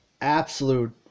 absolute